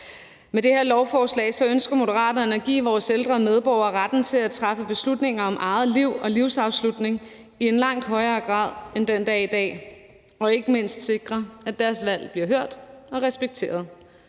Med det her lovforslag ønsker Moderaterne at give vores ældre medborgere retten til at træffe beslutninger om eget liv og egen livsafslutning i langt højere grad end den dag i dag og ikke mindst sikre, at deres valg bliver hørt og respekteret.